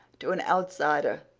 to an outsider,